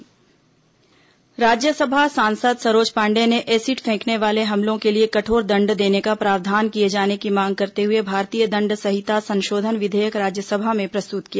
Rajya Sabha bill Rajya Sabha सांसद सरोज पांडेय ने acid फेंकने वाले हमलों के लिए कठोर दण्ड देने का प्रावधान किए जाने की मांग करते हुए भारतीय दण्ड संहिता संशोधन विधेयक राज्यसभा में प्रस्तुत किया